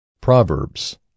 Proverbs